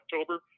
October